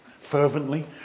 fervently